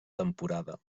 temporada